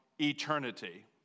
eternity